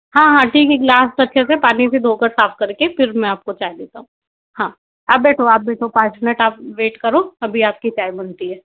हाँ हाँ ठीक है ग्लास अच्छे से पानी से धोकर साफ़ करके फिर मैं आपको चाय देता हूँ हाँ आप बैठो आप बैठो पाँच मिनट आप वेट करो अभी आपकी चाय बनती है